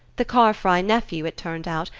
the carfry nephew, it turned out,